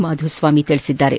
ಮಾಧುಸ್ವಾಮಿ ತಿಳಿಸಿದ್ದಾರೆ